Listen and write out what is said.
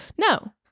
No